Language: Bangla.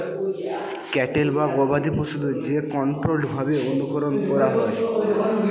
ক্যাটেল বা গবাদি পশুদের যে কন্ট্রোল্ড ভাবে অনুকরন করা হয়